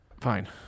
Fine